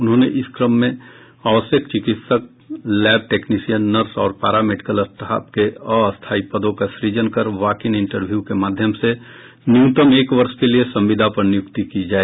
उन्होंने इस क्रम में आवश्यक चिकित्सक लैब टेक्नीसियन नर्स और पारा मेडिकल स्टाफ के अस्थायी पदों का सुजन कर वाक इन इन्टरव्यू के माध्यम से न्यूनतम एक वर्ष के लिए संविदा पर नियुक्ति की जाए